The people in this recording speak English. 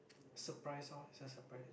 surprise lor it's a surprise